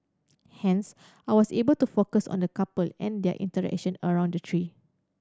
hence I was able to focus on the couple and their interaction around the tree